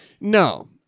No